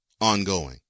ongoing